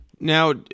Now